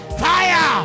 fire